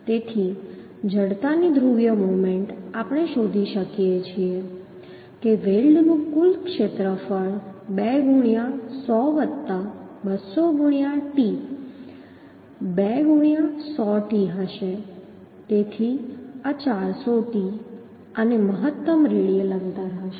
તેથી જડતાની ધ્રુવીય મોમેન્ટ આપણે શોધી શકીએ છીએ કે વેલ્ડનું કુલ ક્ષેત્રફળ 2 ગુણ્યા 100 200 ગુણ્યા t 2 ગુણ્યા 100 t હશે તેથી આ 400t અને મહત્તમ રેડિયલ અંતર હશે